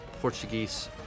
Portuguese